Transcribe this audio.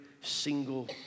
single